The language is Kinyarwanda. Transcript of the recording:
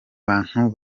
bantu